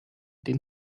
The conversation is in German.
den